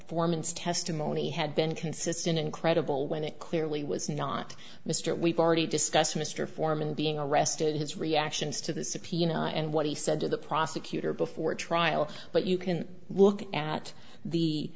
foreman's testimony had been consistent incredible when it clearly was not mr we've already discussed mr foreman being arrested his reactions to the subpoena and what he said to the prosecutor before trial but you can look at the